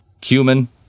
Cumin